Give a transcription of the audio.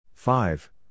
Five